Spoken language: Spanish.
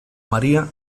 maría